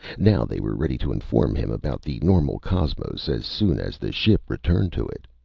now they were ready to inform him about the normal cosmos as soon as the ship returned to it.